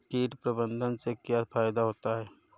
कीट प्रबंधन से क्या फायदा होता है?